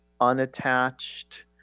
unattached